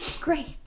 Great